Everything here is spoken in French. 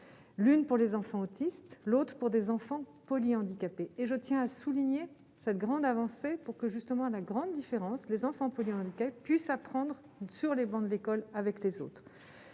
l'une pour les enfants autistes, l'autre pour des enfants polyhandicapés et je tiens à souligner cette grande avancée pour que justement la grande différence, les enfants peut dire handicap puce à prendre sur les bancs de l'école avec les autres,